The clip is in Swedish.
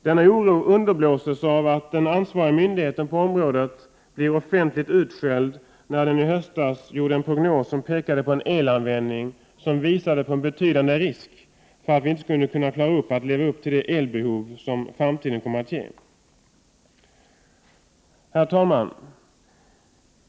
Denna oro underblåses av att den ansvariga myndigheten på området blev offentligt utskälld när den i höstas gjorde en prognos om en elanvändning som visade på en betydande risk för att vi inte skulle klara av att leva upp till framtidens elbehov. Herr talman!